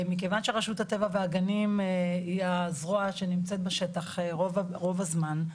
מכיוון שרשות הטבע והגנים היא הזרוע שנמצאת בשטח רוב הזמן,